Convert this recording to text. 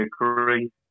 agree